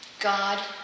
God